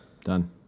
Done